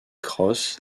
cros